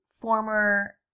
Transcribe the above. former